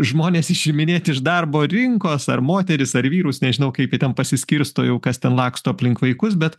žmones išiminėt iš darbo rinkos ar moteris ar vyrus nežinau kaip jie ten pasiskirsto jau kas ten laksto aplink vaikus bet